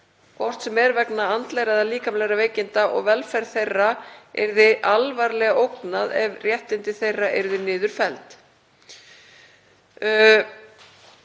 hvort sem er vegna andlegra eða líkamlegra veikinda, og velferð þeirra yrði alvarlega ógnað ef réttindi þeirra yrðu niður felld.“